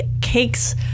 cakes